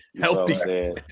healthy